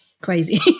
crazy